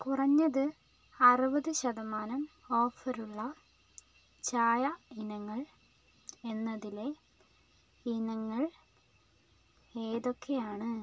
കുറഞ്ഞത് അറുപത് ശതമാനം ഓഫർ ഉള്ള ചായ ഇനങ്ങൾ എന്നതിലെ ഇനങ്ങൾ ഏതൊക്കെയാണ്